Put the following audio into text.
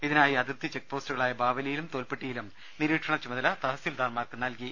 ഇതിനായി അതിർത്തി ചെക്പോസ്റ്റുകളായ ബാവലിയിലും തോൽപ്പെട്ടിയിലും നിരീക്ഷണ ചുമതല തഹസിൽമാർക്ക് നൽകി